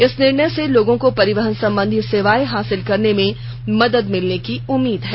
इस निर्णय से लोगों को परिवहन सम्बंधी सेवाएं हासिल करने में मदद भिलने की उम्मीद है